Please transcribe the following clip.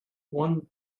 one